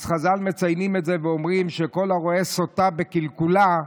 חז"ל מציינים ואומרים שכל הרואה סוטה בקלקולה,